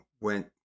went